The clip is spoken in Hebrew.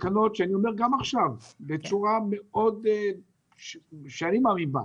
גם עכשיו בצורה שאני מאוד מאמין בה,